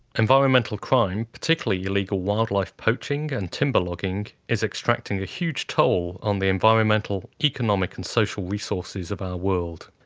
environmental crime, particularly illegal wildlife poaching and timber logging, is extracting a huge toll on the environmental, economic and social resources of our world.